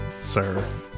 sir